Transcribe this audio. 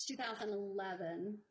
2011